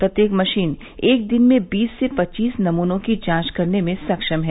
प्रत्येक मशीन एक दिन में बीस से पच्चीस नमूनों की जांच करने में सक्षम है